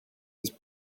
has